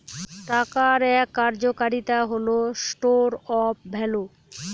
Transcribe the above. টাকার এক কার্যকারিতা হল স্টোর অফ ভ্যালু